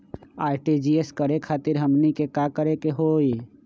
RTGS करे खातीर हमनी के का करे के हो ई?